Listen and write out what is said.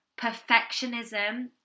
Perfectionism